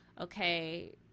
okay